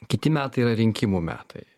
kiti metai yra rinkimų metai